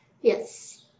Yes